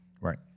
Right